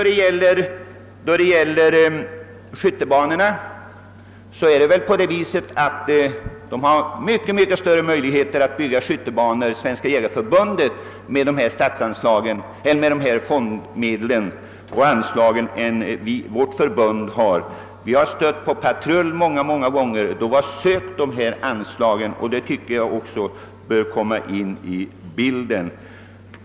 Beträffande frågan om skyttebanor har Svenska jägareförbundet med sina fondmedel mycket större möjligheter att bygga sådana skyttebanor än vårt förbund har. Vi har många gånger stött på patrull då vi har sökt sådana här anslag. Det tycker jag också hör till bilden.